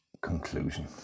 conclusion